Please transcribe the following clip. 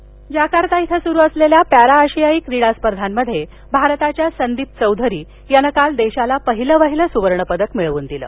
परीआशियाई Jakarta इथं सुरु असलेल्या पॅरा आशियाई क्रीडा स्पर्धामध्ये भारताच्या संदीप चौधरी यानं काल देशाला पहिलवहिलं सुवर्णपदक मिळवून दिलं